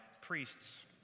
priests